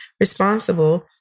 responsible